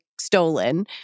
Stolen